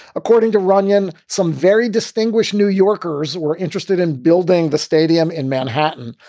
according to runyan, some very distinguished new yorkers were interested in building the stadium in manhattan.